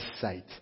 sight